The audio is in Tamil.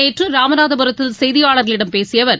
நேற்று ராமநாதபுரத்தில் செய்தியாளர்களிடம் பேசிய அவர்